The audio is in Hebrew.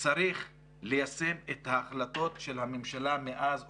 צריך ליישם את ההחלטות של הממשלה מאז אוקטובר.